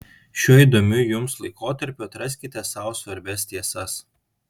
šiuo įdomiu jums laikotarpiu atraskite sau svarbias tiesas